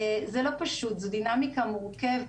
זה לא פשוט, זו דינמיקה מורכבת.